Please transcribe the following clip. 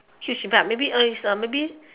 decision ah maybe is maybe